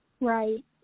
Right